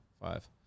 five